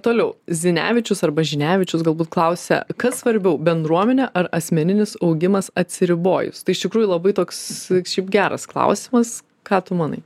toliau zinevičius arba žinevičius galbūt klausia kas svarbiau bendruomenė ar asmeninis augimas atsiribojus tai iš tikrųjų labai toks šiaip geras klausimas ką tu manai